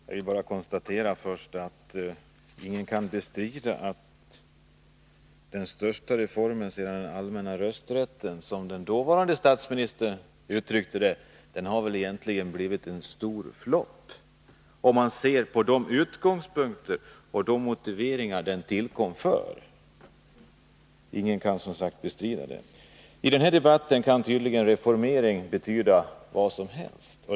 Fru talman! Jag vill först bara konstatera att ingen kan bestrida att den största reformen sedan den allmänna rösträtten, som den dåvarande statsministern kallade denna reform, egentligen har blivit en stor flop, om man ser till de utgångspunkter och motiveringar som åberopades när den tillkom. I denna debatt kan tydligen ”reformering” betyda vad som helst.